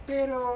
Pero